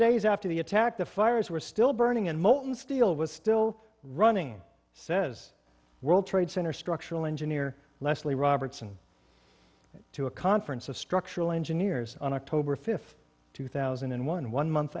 days after the attack the fires were still burning and molten steel was still running says world trade center structural engineer lesley robertson to a conference of structural engineers on october fifth two thousand and one one month